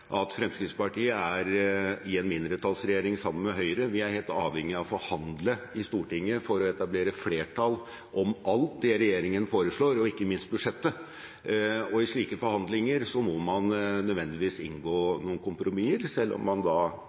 at Fremskrittspartiet er i en mindretallsregjering sammen med Høyre. Vi er helt avhengige av å forhandle i Stortinget for å etablere flertall om alt det regjeringen foreslår, og ikke minst budsjettet. I slike forhandlinger må man nødvendigvis inngå noen kompromisser, selv om man